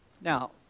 Now